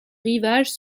rivage